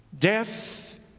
Death